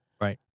Right